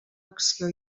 acció